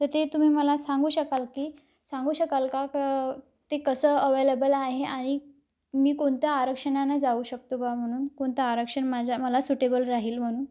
तर ते तुम्ही मला सांगू शकाल की सांगू शकाल का का ते कसं अवेलेबल आहे आणि मी कोणत्या आरक्षणानं जाऊ शकतो बा म्हणून कोणतं आरक्षण माझ्या मला सुटेबल राहील म्हणून